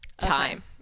time